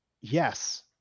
yes